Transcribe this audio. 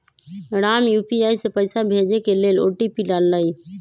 Ram UPI से पइसा भेजे के लेल ओ.टी.पी डाललई